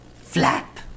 Flap